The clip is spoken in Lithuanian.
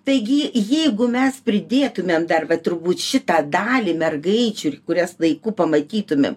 taigi jeigu mes pridėtumėm dar va turbūt šitą dalį mergaičių kurias laiku pamatytumėm